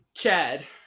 chad